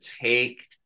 take